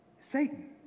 Satan